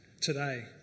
today